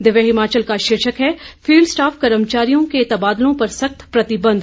दिव्य हिमाचल का शीर्षक है फील्ड स्टाफ कर्मचारियों के तबादलों पर सख्त प्रतिबंध